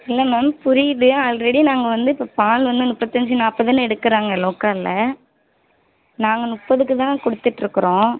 இல்லை மேம் புரியுது ஆல்ரெடி நாங்கள் வந்து இப்போ பால் வந்து இப்போ முப்பத்தஞ்சி நாற்பதுனு எடுக்கிறாங்க லோக்கலில் நாங்கள் முப்பதுக்கு தான் கொடுத்துட்டுருக்குறோம்